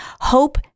Hope